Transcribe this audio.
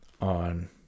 on